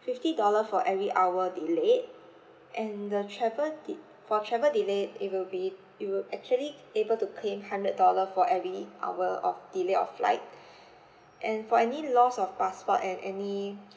fifty dollar for every hour delayed and the travel de~ for travel delay it will be it will actually able to claim hundred dollar for every hour of delay of flight and for any loss of passport and any